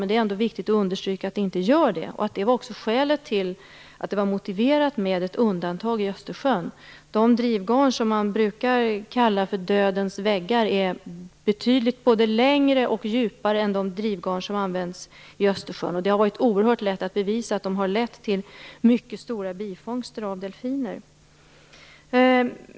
Det är viktigt att understryka att det inte gör det och att det var skälet till att det var motiverat med ett undantag för Östersjön. De drivgarn som brukar kallas för dödens väggar är betydligt längre och djupare än de drivgarn som används i Östersjön. Det har varit oerhört lätt att bevisa att de har lett till mycket stora bifångster av delfiner.